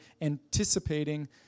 anticipating